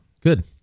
good